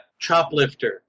Choplifter